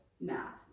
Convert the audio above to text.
math